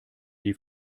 die